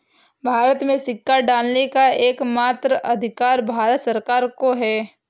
भारत में सिक्का ढालने का एकमात्र अधिकार भारत सरकार को है